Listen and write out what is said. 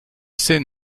sais